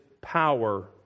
power